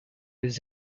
les